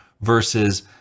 versus